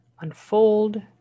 unfold